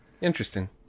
Interesting